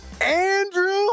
Andrew